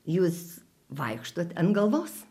jūs vaikštot ant galvos